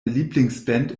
lieblingsband